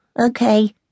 okay